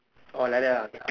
orh like that ah